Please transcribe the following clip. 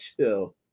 Chill